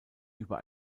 über